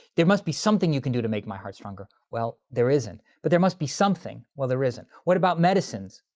there must be something you can do to make my heart stronger. well there isn't. but there must be something. well there isn't. what about medicines?